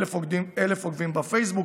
1,000 עוקבים בפייסבוק,